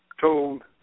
told